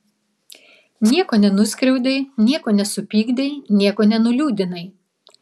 nieko nenuskriaudei nieko nesupykdei nieko nenuliūdinai